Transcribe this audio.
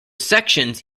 sections